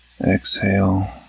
Exhale